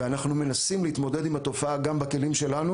ואנחנו מנסים להתמודד עם התופעה גם בכלים שלנו